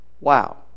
Wow